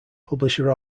publisher